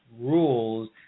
rules